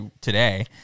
today